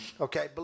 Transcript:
Okay